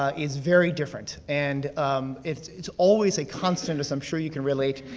ah is very different. and it's it's always a constant, as i'm sure you can relate,